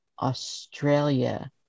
australia